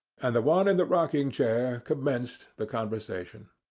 and the one in the rocking-chair commenced the conversation.